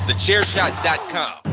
TheChairShot.com